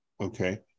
okay